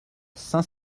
saint